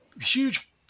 huge